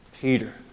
Peter